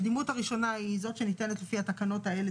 הקדימות הראשונה היא זאת שניתנת לפי התקנות האלה,